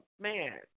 man